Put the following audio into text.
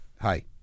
Hi